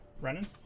Renan